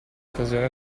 occasione